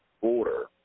border